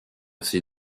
ces